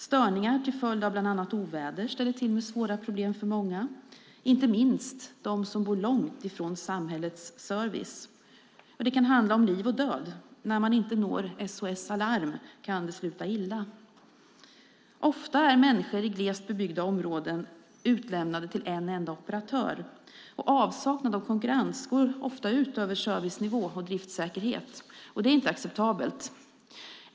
Störningar till följd av bland annat oväder ställer till med svåra problem för många - inte minst för dem som bor långt från samhällets service. Det kan handla om liv och död. När man inte når SOS Alarm kan det sluta illa. Ofta är människor i glest bebyggda utlämnade till en enda operatör. Avsaknad av konkurrens går ofta ut över servicenivå och driftsäkerhet. Det är inte acceptabel.